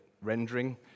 rendering